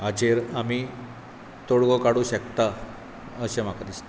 हाचेर आमी तोडगो काडूंक शकतात अशें म्हाका दिसता